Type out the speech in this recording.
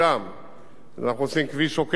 אנחנו עושים כביש עוקף-קריות עכשיו